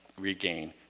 regain